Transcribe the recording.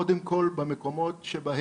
מעבר לתפקידי כראש המועצה המקומית זכרון יעקב,